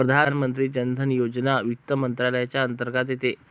प्रधानमंत्री जन धन योजना वित्त मंत्रालयाच्या अंतर्गत येते